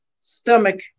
stomach